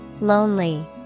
Lonely